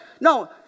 no